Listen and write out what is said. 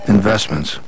Investments